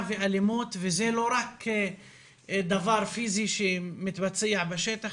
ואלימות וזה לא רק דבר פיזי שמתבצע בשטח,